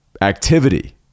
activity